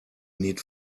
need